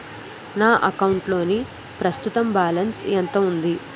నా అకౌంట్ లోని ప్రస్తుతం బాలన్స్ ఎంత ఉంది?